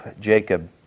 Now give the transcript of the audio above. Jacob